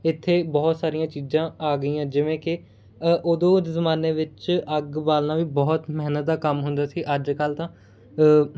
ਇੱਥੇ ਬਹੁਤ ਸਾਰੀਆਂ ਚੀਜ਼ਾਂ ਆ ਗਈਆਂ ਜਿਵੇਂ ਕਿ ਉਦੋਂ ਜ਼ਮਾਨੇ ਵਿੱਚ ਅੱਗ ਬਾਲਣਾ ਵੀ ਬਹੁਤ ਮਿਹਨਤ ਦਾ ਕੰਮ ਹੁੰਦਾ ਸੀ ਅੱਜ ਕੱਲ੍ਹ ਤਾਂ